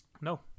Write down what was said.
No